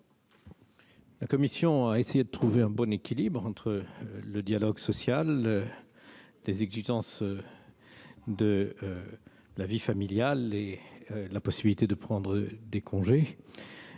La commission a essayé de trouver un bon équilibre entre le dialogue social, les exigences de la vie familiale, la possibilité de prendre des congés